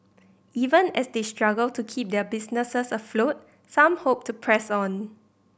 even as they struggle to keep their businesses afloat some hope to press on